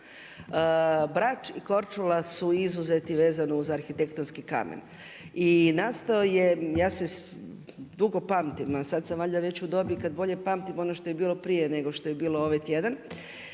Brač i Korčula su izuzeti vezano uz arhitektonski kamen i nastao je, ja dugo pamtim, a sada sam već u dobi kad bolje pamtim, ono što je bilo prije nego što je bilo ovaj tjedan.